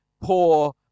poor